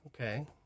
Okay